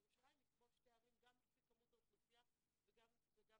כי ירושלים היא כמו שתי ערים גם לפי כמות האוכלוסייה וגם לפי